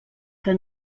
que